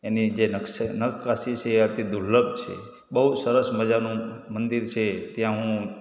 એની જે નક્સે નક્કાશી છે એ અતિ દુર્લભ છે બહુ સરસ મજાનું મંદિર છે ત્યાં હું